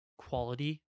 quality